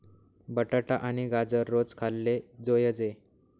बटाटा आणि गाजर रोज खाल्ले जोयजे